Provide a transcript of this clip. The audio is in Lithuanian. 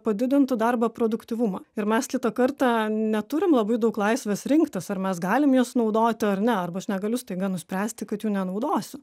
padidintų darbo produktyvumą ir mes kitą kartą neturim labai daug laisvės rinktis ar mes galim jas naudoti ar ne arba aš negaliu staiga nuspręsti kad jų nenaudosiu